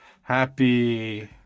Happy